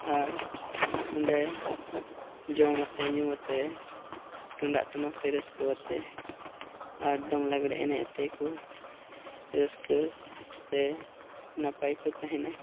ᱟᱨ ᱚᱸᱰᱮ ᱡᱚᱢ ᱟᱛᱮᱫ ᱧᱩ ᱟᱛᱮᱫ ᱛᱩᱢᱫᱟᱜ ᱴᱟᱢᱟᱠ ᱛᱮ ᱨᱟᱹᱥᱠᱟᱹ ᱟᱛᱮᱫ ᱟᱨ ᱫᱚᱝ ᱞᱟᱜᱽᱬᱮ ᱮᱱᱮᱡ ᱟᱛᱮᱠᱚ ᱨᱟᱹᱥᱠᱟᱹ ᱛᱮ ᱱᱟᱯᱟᱭ ᱠᱚ ᱛᱟᱦᱮᱱᱟ